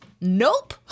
nope